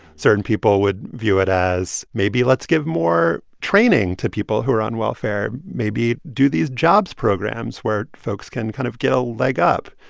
certain people would view it as, maybe let's give more training to people who are on welfare. maybe do these jobs programs, where folks can kind of get a leg up.